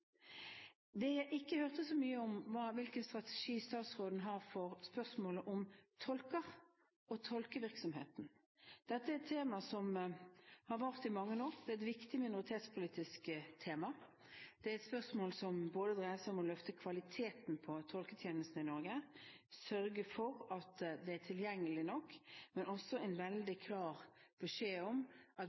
jeg ikke hørte så mye om, var hvilken strategi statsråden har for spørsmålet om tolker og tolkevirksomheten. Dette er et tema som har vart i mange år. Det er et viktig minoritetspolitisk tema. Det er et spørsmål som dreier seg om å løfte kvaliteten på tolketjenesten i Norge, sørge for at den er tilgjengelig, men også en veldig klar beskjed om at